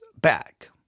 back